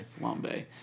Flambe